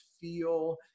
feel